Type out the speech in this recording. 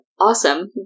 awesome